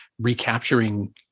recapturing